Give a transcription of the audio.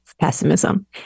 pessimism